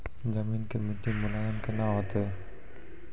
जमीन के मिट्टी मुलायम केना होतै?